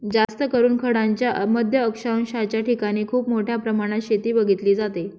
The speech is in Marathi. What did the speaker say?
जास्तकरून खंडांच्या मध्य अक्षांशाच्या ठिकाणी खूप मोठ्या प्रमाणात शेती बघितली जाते